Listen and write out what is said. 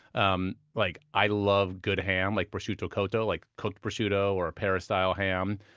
um like i love good ham, like prosciutto cotto, like cooked prosciutto, or paris-style ham,